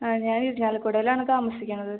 ഞാൻ ചാലക്കുടിയിലാണ് താമസിക്കുന്നത്